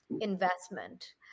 investment